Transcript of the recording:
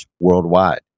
worldwide